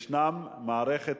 ישנה מערכת